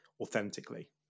authentically